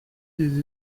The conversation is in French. des